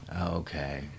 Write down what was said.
Okay